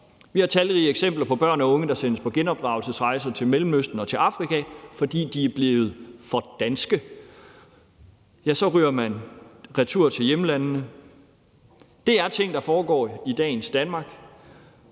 Vi har talrige eksempler på børn og unge, der sendes på genopdragelsesrejser til Mellemøsten og Afrika, fordi de er blevet for danske. Så ryger man retur til hjemlandene. Det er ting, der foregår i dagens Danmark,